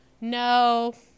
No